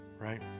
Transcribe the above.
right